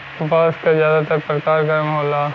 बांस क जादातर परकार गर्म होला